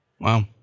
Wow